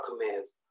commands